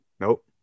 Nope